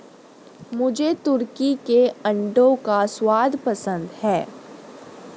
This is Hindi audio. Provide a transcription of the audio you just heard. मुझे तुर्की के अंडों का स्वाद पसंद है